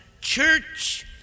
church